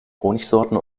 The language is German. honigsorten